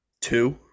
Two